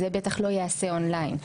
זה בטח לא ייעשה און ליין.